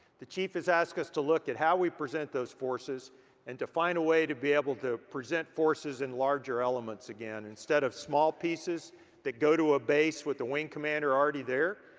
the chief has asked us to look at how we present those forces and to find a way to be able to present forces in larger elements again, instead of small pieces that go to ah base with the wing commander already there.